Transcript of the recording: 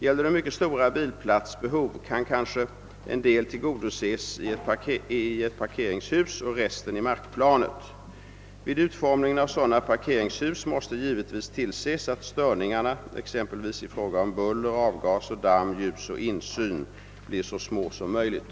Gäller det mycket stora bilplatsbehov, kan kanske en del tillgodoses i ett parkeringshus och resten i markplanet. Vid utformningen av sådana parkeringshus måste givetvis tillses att störningarna, exempelvis i fråga om buller, avgaser, damm, ljus och insyn, blir så små som möjligt.